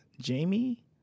Jamie